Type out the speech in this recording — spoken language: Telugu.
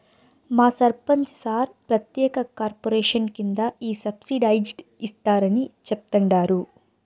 మా సర్పంచ్ సార్ ప్రత్యేక కార్పొరేషన్ కింద ఈ సబ్సిడైజ్డ్ ఇస్తారని చెప్తండారు